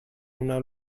una